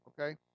okay